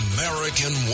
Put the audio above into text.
American